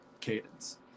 cadence